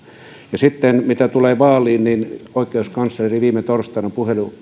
ja mitä sitten tulee vaaleihin niin oikeuskansleri viime torstaina